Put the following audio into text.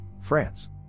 France